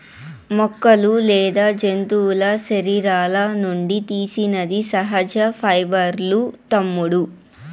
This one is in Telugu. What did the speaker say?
మొక్కలు లేదా జంతువుల శరీరాల నుండి తీసినది సహజ పైబర్లూ తమ్ముడూ